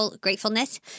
gratefulness